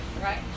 right